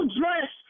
dress